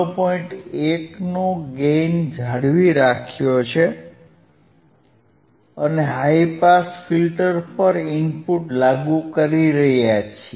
1 નો ગેઇન જાળવી રાખ્યો છે અને હાઇ પાસ ફિલ્ટર પર ઇનપુટ લાગુ કરી રહ્યા છીએ